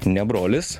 ne brolis